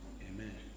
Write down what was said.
Amen